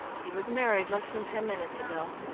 he was married less than ten minutes ago.